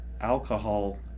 alcohol